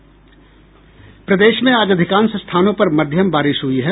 प्रदेश में आज अधिकांश स्थानों पर मध्यम बारिश हुई है